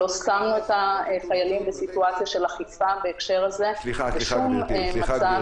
לא שמנו את החיילים בסיטואציה של אכיפה בהקשר הזה בשום מצב.